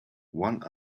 one